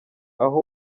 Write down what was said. aho